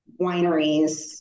wineries